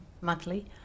monthly